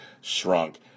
shrunk